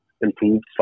improved